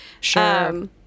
sure